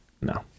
No